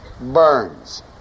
burns